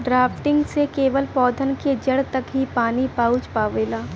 drafting से केवल पौधन के जड़ तक ही पानी पहुँच पावेला